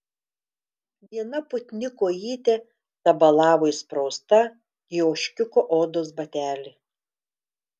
viena putni kojytė tabalavo įsprausta į ožkiuko odos batelį